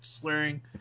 slurring